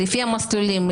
לפי מסלולים,